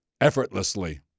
effortlessly